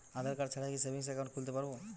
আধারকার্ড ছাড়া কি savings account খুলতে পারব?